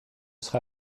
sera